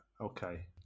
Okay